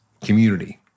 community